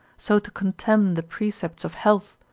so to contemn the precepts of health,